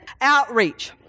outreach